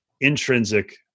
intrinsic